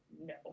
no